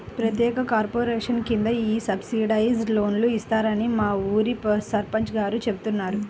ప్రత్యేక కార్పొరేషన్ కింద ఈ సబ్సిడైజ్డ్ లోన్లు ఇస్తారని మా ఊరి సర్పంచ్ గారు చెబుతున్నారు